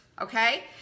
okay